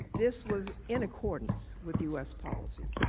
this was in accordance with u s. policy.